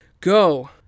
Go